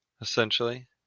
essentially